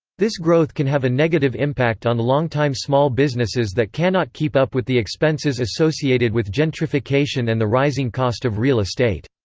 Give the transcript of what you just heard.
this growth can have a negative impact on longtime small businesses that cannot keep up with the expenses associated with gentrification and the rising cost of real estate.